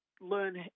learn